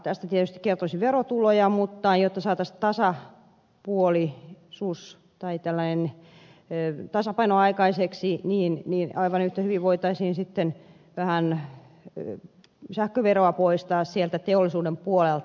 tästä tietysti kertyisi verotuloja mutta ajettu satasta saa puoli suussa tai tällä jotta saataisiin tasapaino aikaiseksi niin aivan yhtä hyvin voitaisiin sitten vähän sähköveroa poistaa sieltä teollisuuden puolelta